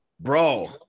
Bro